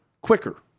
Quicker